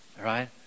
right